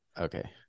Okay